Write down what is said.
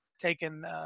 taken